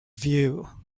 view